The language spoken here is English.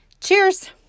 Cheers